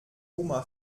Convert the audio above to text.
oma